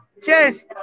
Cheers